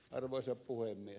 arvoisa puhemies